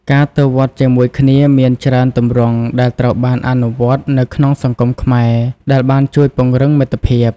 ការទៅវត្តជាមួយគ្នាមានច្រើនទម្រង់ដែលត្រូវបានអនុវត្តនៅក្នុងសង្គមខ្មែរដែលបានជួយពង្រឹងមិត្តភាព។